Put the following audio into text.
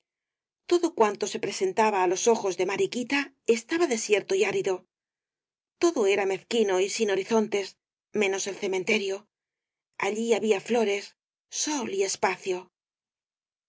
todo cuanto se presentaba á los ojos de mariquita estaba desierto y árido todo era mezquino y sin horizontes menos el cementerio allí había flores sol y espacio